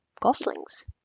goslings